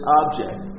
object